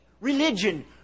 religion